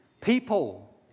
people